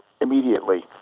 immediately